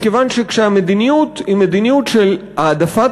מכיוון שכשהמדיניות היא מדיניות של העדפת